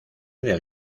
del